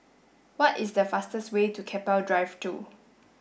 what is the fastest way to Keppel Drive Two